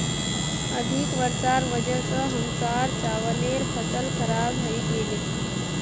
अधिक वर्षार वजह स हमसार चावलेर फसल खराब हइ गेले